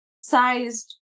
sized